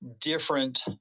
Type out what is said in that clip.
different